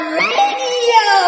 radio